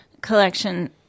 collection